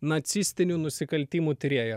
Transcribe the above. nacistinių nusikaltimų tyrėja